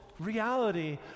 reality